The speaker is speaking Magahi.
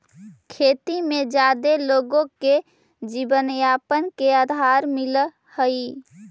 खेती में जादे लोगो के जीवनयापन के आधार मिलऽ हई